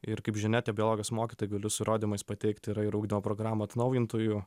ir kaip žinia tie biologijos mokytojai galiu su įrodymais pateikti yra ir ugdymo programų atnaujintojų